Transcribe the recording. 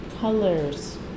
colors